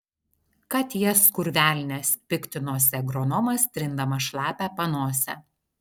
kad jas kur velnias piktinosi agronomas trindamas šlapią panosę